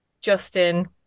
Justin